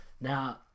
Now